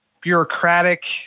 bureaucratic